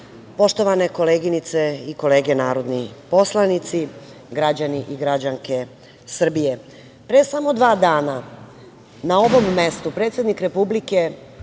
poštovane koleginice i kolege narodni poslanici, građani i građanke Srbije, pre samo dva dana na ovom mestu predsednik Republike